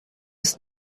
ist